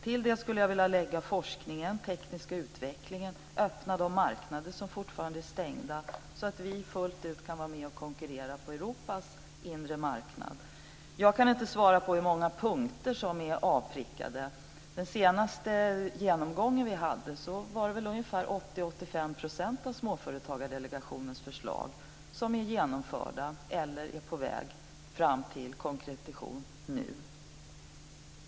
Till detta skulle jag vilja lägga forskningen, den tekniska utvecklingen och att öppna de marknader som fortfarande är stängda, så att vi fullt ut kan vara med och konkurrera på Europas inre marknad. Jag kan inte svara på hur många punkter som är avprickade. Men vid den senaste genomgången som vi hade var det ungefär 80-85 % av Småföretagardelegationens förslag som var genomförda eller är på väg fram till konkretion.